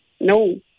No